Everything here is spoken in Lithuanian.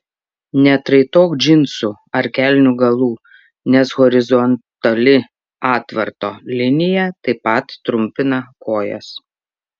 neatraitok džinsų ar kelnių galų nes horizontali atvarto linija taip pat trumpina kojas